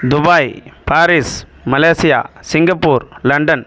Dubai Paris Malaysia Singapore London